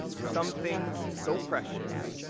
some things so precious,